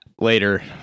later